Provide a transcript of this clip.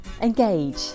Engage